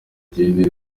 ikindi